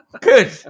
Good